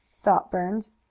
thought burns.